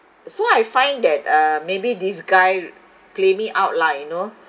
so I find that uh maybe this guy play me out lah you know